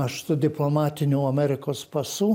aš su diplomatiniu amerikos pasu